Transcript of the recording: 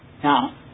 Now